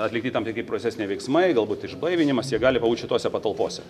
atlikti tam tikri procesiniai veiksmai galbūt išblaivinimas jie gali pabūt šitose patalpose